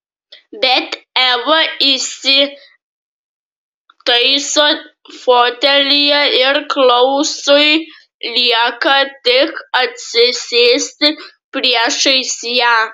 bet eva įsitaiso fotelyje ir klausui lieka tik atsisėsti priešais ją